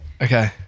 Okay